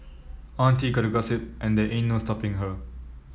auntie gotta gossip and there ain't no stopping her